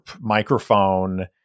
microphone